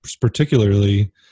particularly